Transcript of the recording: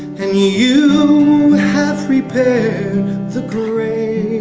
and you you have prepared the grain.